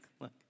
look